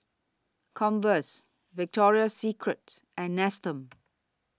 Converse Victoria Secret and Nestum